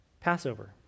Passover